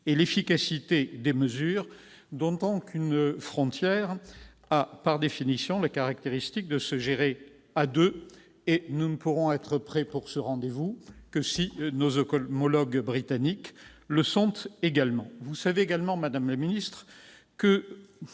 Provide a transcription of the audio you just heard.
et l'efficacité des mesures, d'autant qu'une frontière a, par définition, pour caractéristique d'être gérée à deux. Nous ne pourrons être prêts pour ce rendez-vous que si nos homologues britanniques le sont également. Vous savez aussi, madame la secrétaire